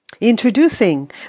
Introducing